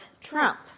Trump